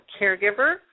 caregiver